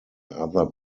other